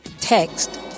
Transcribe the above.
text